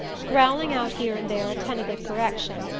growling out here and there a tentative correction,